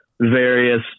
various